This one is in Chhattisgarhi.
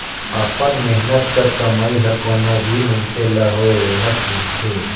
अपन मेहनत कर कमई हर कोनो भी मइनसे ल होए ओहर पूरथे